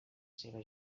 seua